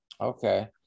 Okay